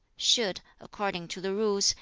should, according to the rules,